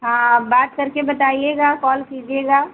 हाँ आप बात करके बताईएगा कॉल कीजिएगा